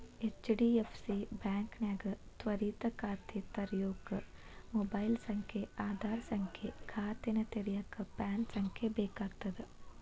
HDFC ಬಾಂಕ್ನ್ಯಾಗ ತ್ವರಿತ ಖಾತೆ ತೆರ್ಯೋಕ ಮೊಬೈಲ್ ಸಂಖ್ಯೆ ಆಧಾರ್ ಸಂಖ್ಯೆ ಖಾತೆನ ತೆರೆಯಕ ಪ್ಯಾನ್ ಸಂಖ್ಯೆ ಬೇಕಾಗ್ತದ